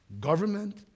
government